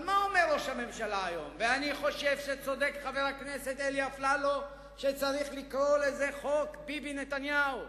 אני חושב שצודק חבר הכנסת אלי אפללו שצריך לקרוא לזה חוק ביבי נתניהו.